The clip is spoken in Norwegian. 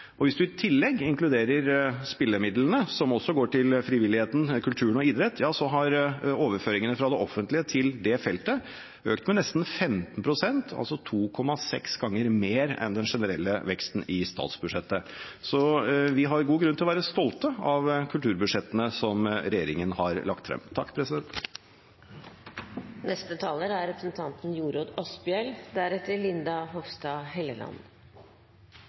Hvis man i tillegg inkluderer spillemidlene, som også går til frivilligheten, kulturen og idrett, har overføringene fra det offentlige til det feltet økt med nesten 15 pst., altså 2,6 ganger mer enn den generelle veksten i statsbudsjettet. Så vi har god grunn til å være stolte av kulturbudsjettene som regjeringen har lagt frem.